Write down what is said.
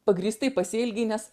pagrįstai pasielgei nes